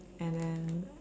and then